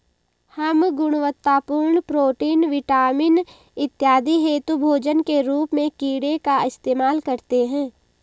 हम गुणवत्तापूर्ण protein, vitamin इत्यादि हेतु भोजन के रूप में कीड़े का इस्तेमाल करते हैं